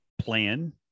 plan